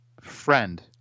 friend